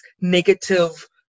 negative